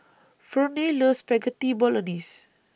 Ferne loves Spaghetti Bolognese